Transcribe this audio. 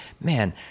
man